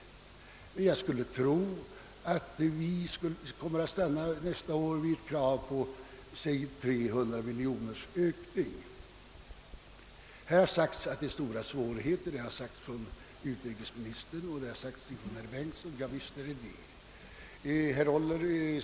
Men jag skulle tro att vi nästa år kommer att stanna vid ett krav på 300 miljoner kronors ökning. Både utrikesministern och herr Bengtsson i Varberg har sagt att det föreligger stora svårigheter vid alltför kraftig utvidgning av u-hjälpen. Ja, visst gör det det.